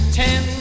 ten